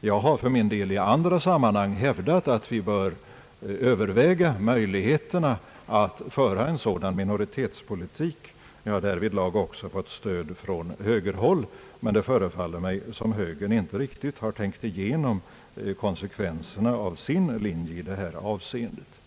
Jag har för min del i andra sammanhang hävdat att vi bör överväga möjligheterna att föra en sådan minoritetspolitik. Jag har därvidlag också fått stöd från högerhåll, men det förefaller som om högern inte riktigt tänkt igenom konsekvenserna av sin linje i det här avseendet.